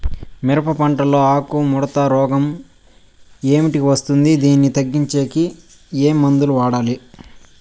మిరప పంట లో ఆకు ముడత రోగం ఏమిటికి వస్తుంది, దీన్ని తగ్గించేకి ఏమి మందులు వాడాలి?